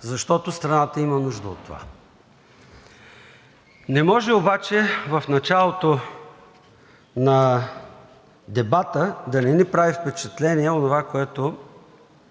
защото страната има нужда от това. Не може обаче в началото на дебата да не ни прави впечатление онова, което